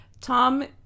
Tom